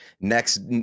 next